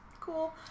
Cool